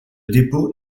dépôt